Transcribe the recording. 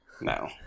No